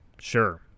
sure